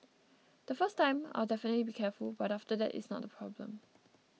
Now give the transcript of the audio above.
the first time I'll definitely be careful but after that it's not a problem